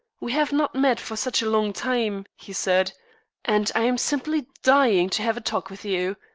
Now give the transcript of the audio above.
we have not met for such a long time, he said and i am simply dying to have a talk with you.